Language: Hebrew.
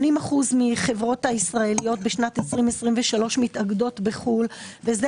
80% מהחברות הישראליות בשנת 2023 מתאגדות בחו"ל וזה